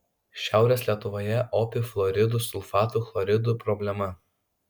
šiaurės lietuvoje opi fluoridų sulfatų chloridų problema